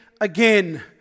again